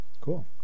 Cool